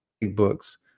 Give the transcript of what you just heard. books